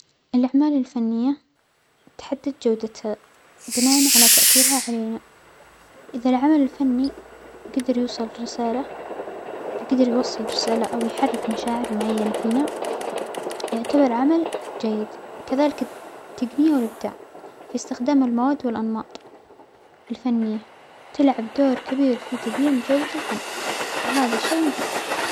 الأعمال الفنية تحدد جودتها بناءً على تأثيرها علينا، إذا العمل الفنى جدر يوصل رسالة جدر يوصل رسالة أو يحرك مشاعر معينة فينا يعتبر عمل جيد، كذلك التجنية والإبداع في إستخدام المواد والأنماط الفنية تلعب دور كبير في تجييم جودة الفن وهذا شي مهم.